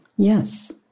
Yes